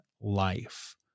life